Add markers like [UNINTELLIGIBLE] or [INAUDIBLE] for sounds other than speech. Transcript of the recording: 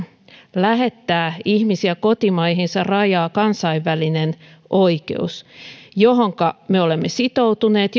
lähettää ihmisiä kotimaihinsa rajaa kansainvälinen oikeus johonka me olemme sitoutuneet [UNINTELLIGIBLE]